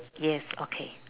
yes okay